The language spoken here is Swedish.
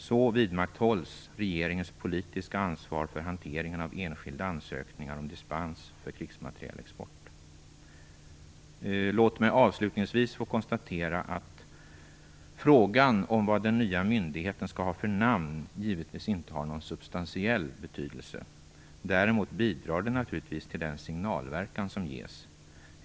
Så vidmakthålls regeringens politiska ansvar för hanteringen av enskilda ansökningar om dispens för krigsmaterielexport. Låt mig avslutningsvis få konstatera att frågan om vad den nya myndigheten skall ha för namn givetvis inte har någon substantiell betydelse. Däremot bidrar detta naturligtvis till den signalverkan som ges.